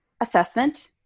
assessment